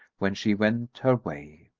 when she went her way.